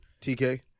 TK